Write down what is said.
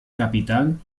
capitán